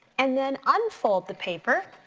and then unfold the papers